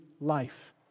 life